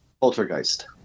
Poltergeist